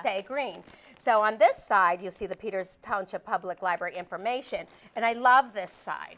stay green so on this side you see the peters township public library information and i love this side